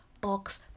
box